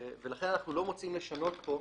ולכן אנחנו לא מוצאים לשנות פה.